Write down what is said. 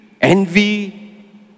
envy